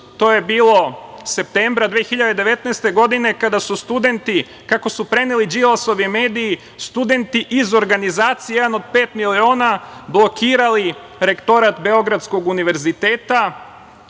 to je bilo septembra 2019. godine, kada su studenti kako su preneli Đilasovi mediji, studenti iz organizacije „ Jedan od 5 miliona“, blokirali rektorat BU, kako bi organi univerziteta